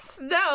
No